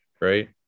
right